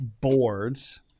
boards